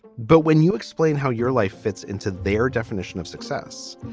but when you explain how your life fits into their definition of success,